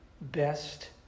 best